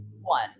one